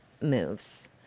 moves